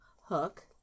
hook